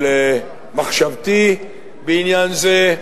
על מחשבתי בעניין זה: